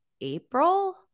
April